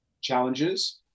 challenges